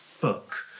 book